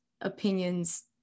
opinions